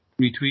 retweet